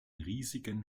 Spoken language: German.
riesigen